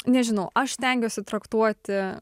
nežinau aš stengiuosi traktuoti